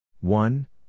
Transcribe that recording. one